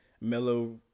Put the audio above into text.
mellow